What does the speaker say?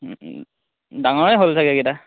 ডাঙৰেই হ'ল চাগে সেইকেইটা